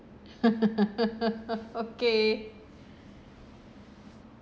okay